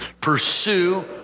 Pursue